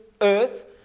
earth